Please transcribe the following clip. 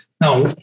now